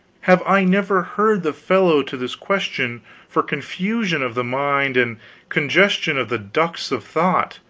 have i never heard the fellow to this question for confusion of the mind and congestion of the ducts of thought.